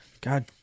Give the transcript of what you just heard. God